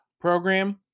program